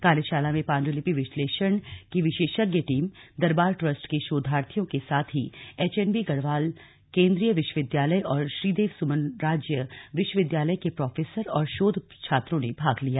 कार्यशाला में पांडुलिपि विश्लेषण की विशेषज्ञ टीम दरबार ट्रस्ट के शोधार्थियों के साथ ही एचएनबी गढ़वाल केंद्रीय विश्वविद्यालय और श्री देव सुमन राज्य विश्वविद्यालय के प्रोफेसर और शोध छात्रों ने भाग लिया